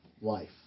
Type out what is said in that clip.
life